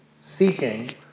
seeking